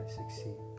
succeed